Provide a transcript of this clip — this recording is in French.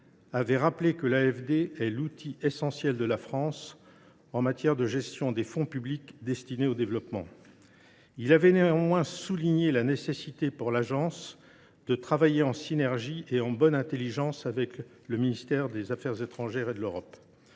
Macron rappelait que l’AFD est l’outil essentiel de la France en matière de gestion des fonds publics destinés à l’aide publique au développement. Il avait néanmoins souligné la nécessité, pour l’Agence, de travailler en synergie et en bonne intelligence avec le ministère des affaires étrangères et de l’Europe